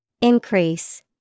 Increase